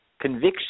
Conviction